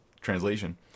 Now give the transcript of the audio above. translation